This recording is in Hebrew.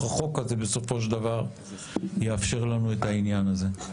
החוק הזה בסופו של דבר יאפשר לנו את העניין הזה.